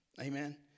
Amen